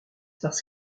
parce